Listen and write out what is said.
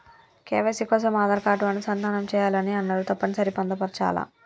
KYC కోసం Aadhaar card అనుసంధానం చేయాలని అన్నరు తప్పని సరి పొందుపరచాలా?